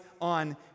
on